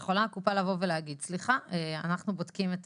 היא יכולה לבוא ולהגיד שהיא בודקת את